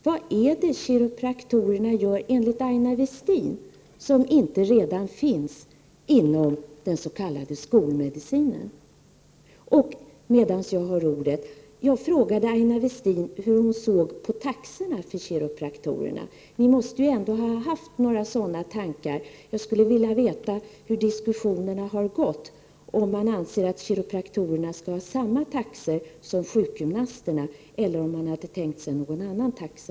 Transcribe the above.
Vad är det enligt Aina Westin som kiropraktorerna gör som inte redan finns inom den s.k. skolmedicinen? Och medan jag har ordet — jag frågade Aina Westin hur hon såg på kiropraktorernas taxor. Ni måste ändå ha haft några tankar på detta. Jag skulle vilja veta hur diskussionerna har gått. Anser man att kiropraktorerna skall ha samma taxor som sjukgymnasterna, eller har man tänkt sig någon annan taxa?